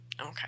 Okay